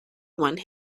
one